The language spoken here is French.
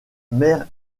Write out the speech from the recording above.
maire